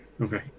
okay